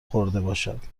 خوردهباشد